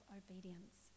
obedience